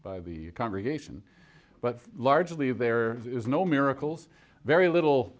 by the congregation but largely there is no miracles very little